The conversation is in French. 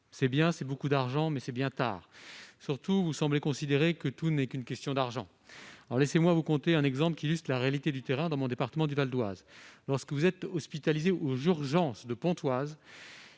Cela représente beaucoup d'argent, mais qui arrive bien tard. Surtout, le Gouvernement semble considérer que tout n'est que question d'argent ! Laissez-moi vous conter un exemple qui illustre la réalité du terrain dans mon département du Val-d'Oise. Lorsque vous êtes hospitalisé aux urgences de Pontoise,